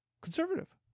conservative